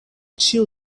ĉiu